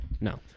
No